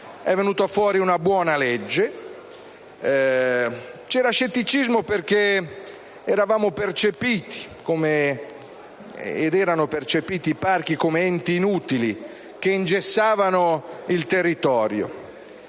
è venuta fuori una buona legge. C'era scetticismo perché i parchi erano percepiti come enti inutili che ingessavano il territorio.